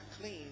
clean